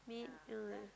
maid ah